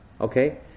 Okay